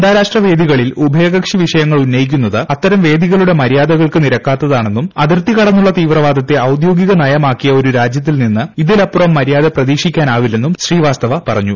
അന്താരാഷ്ട്ര വേദികളിൽ ഉഭയകക്ഷി വിഷയങ്ങൾ ഉന്നയിക്കുന്നത് അത്തരം വേദികളുടെ മര്യാദകൾക്ക് നിരക്കാത്തതാണെന്നും അതിർത്തി കടന്നുള്ള തീവ്രവാദത്തെ ഔദ്യോഗികനയമാക്കിയ ഒരു രാജ്യത്തിൽ നിന്ന് ഇതിലപ്പുറം മര്യാദ പ്രതീക്ഷിക്കാനാവില്ലെന്നും ശ്രീവാസ്തവ പറഞ്ഞു